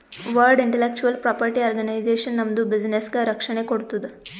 world intellectual property organisation ನಮ್ದು ಬಿಸಿನ್ನೆಸ್ಗ ರಕ್ಷಣೆ ಕೋಡ್ತುದ್